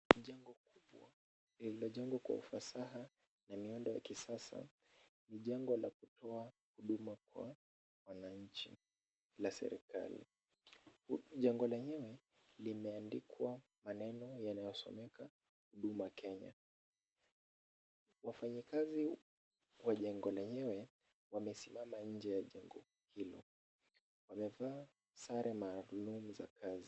Ni jengo kubwa lililojengwa kwa ufasaha na miundo ya kisasa. Ni jengo la kutoa huduma kwa wananchi la serikali. Jengo lenyewe limeandikwa maneno yanayosomeka Huduma Kenya. Wafanyikazi wa jengo lenyewe wamesimama nje ya jengo hilo. Wamevaa sare maalumu za kazi.